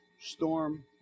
storm